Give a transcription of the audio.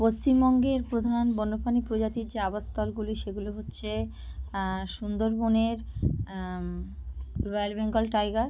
পশ্চিমবঙ্গের প্রধান বন্যপ্রাণী প্রজাতির যে আবাসস্থলগুলি সেগুলো হচ্ছে সুন্দরবনের রয়্যাল বেঙ্গল টাইগার